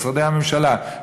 ומשרדי הממשלה,